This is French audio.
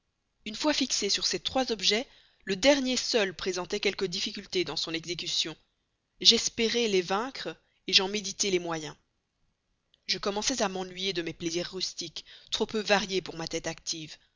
une fois fixée sur ces trois objets le dernier seul présentait quelques difficultés dans son exécution j'espérai les vaincre j'en méditai les moyens je commençais à m'ennuyer de mes plaisirs rustiques trop peu variés pour ma tête active